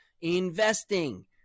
Investing